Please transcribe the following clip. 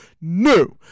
no